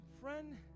Friend